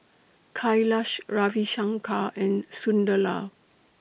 Kailash Ravi Shankar and Sunderlal